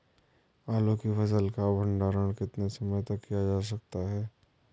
आलू की फसल का भंडारण कितने समय तक किया जा सकता है?